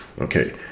Okay